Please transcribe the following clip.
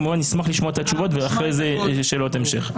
כמובן נשמח לשמוע את התשובות ואחר כך יהיו שאלות המשך.